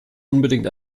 unbedingt